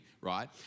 right